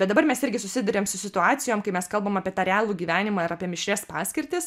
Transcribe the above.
bet dabar mes irgi susiduriam su situacijom kai mes kalbam apie tą realų gyvenimą ir apie mišrias paskirtis